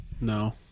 No